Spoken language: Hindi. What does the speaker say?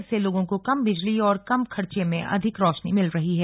इससे लोगों को कम बिजली और कम खर्च में अधिक रौशनी मिल रही है